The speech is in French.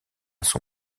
son